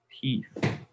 teeth